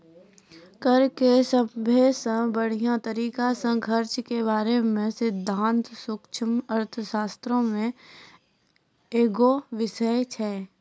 कर के सभ्भे से बढ़िया तरिका से खर्च के बारे मे सिद्धांत सूक्ष्म अर्थशास्त्रो मे एगो बिषय छै